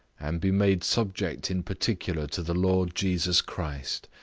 and be made subject in particular to the lord jesus christ,